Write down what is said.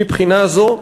מבחינה זו,